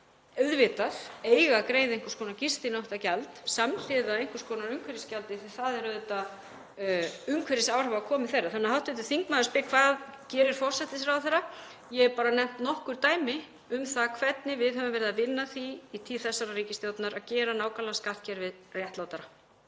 auðvitað eiga að greiða einhvers konar gistináttagjald samhliða einhvers konar umhverfisgjaldi því það eru umhverfisáhrif af komu þeirra. Þannig að hv. þingmaður spyr: Hvað gerir forsætisráðherra? Ég hef bara nefnt nokkur dæmi um það hvernig við höfum verið að vinna að því í tíð þessarar ríkisstjórnar að gera nákvæmlega skattkerfið réttlátara.